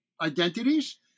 identities